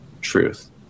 truth